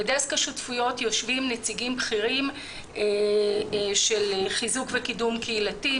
בדסק השותפויות יושבים נציגים בכירים של חיזוק וקידום קהילתי,